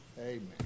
Amen